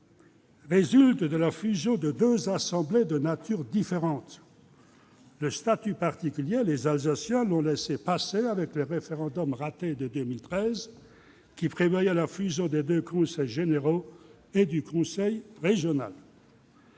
résulte de la fusion de deux assemblées de nature différente. Ce statut, les Alsaciens l'ont laissé passer avec le référendum raté de 2013 sur la fusion des deux conseils généraux et du conseil régional.